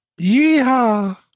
Yeehaw